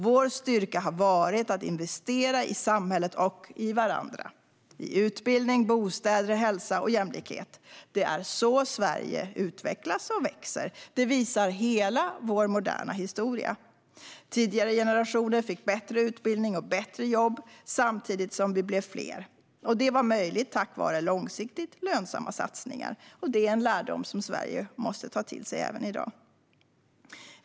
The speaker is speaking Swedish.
Vår styrka har varit att investera i samhället och varandra - i utbildning, bostäder, hälsa och jämlikhet. Det är så Sverige utvecklas och växer. Det visar hela vår moderna historia. Tidigare generationer fick bättre utbildning och bättre jobb samtidigt som vi blev fler. Det var möjligt tack vare långsiktigt lönsamma satsningar. Det är en lärdom Sverige måste ta till sig även i dag.